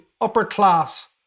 upper-class